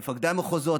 של מפקדי המחוזות,